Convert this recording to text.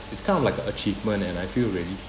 it's kind of like a achievement and I feel very